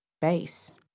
base